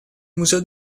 museo